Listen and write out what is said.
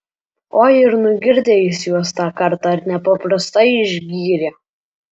oi ir nugirdė jis juos tą kartą ir nepaprastai išgyrė